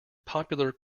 popular